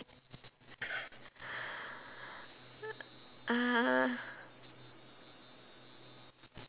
uh